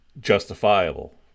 justifiable